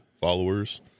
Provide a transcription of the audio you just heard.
followers